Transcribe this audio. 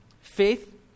faith